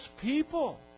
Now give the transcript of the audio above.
people